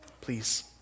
Please